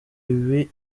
ibi